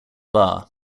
bar